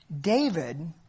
David